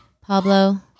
Pablo